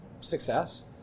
success